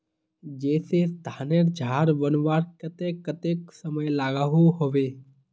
जैसे धानेर झार बनवार केते कतेक समय लागोहो होबे?